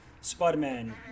Spider-Man